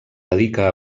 dedica